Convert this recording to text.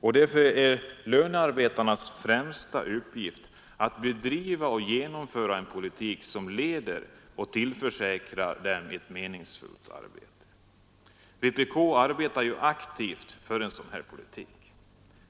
Därför är lönearbetarnas främsta uppgift att genomföra en politik som tillförsäkrar dem ett meningsfullt arbete. Vänsterpartiet kommunisterna arbetar aktivt för en sådan politik.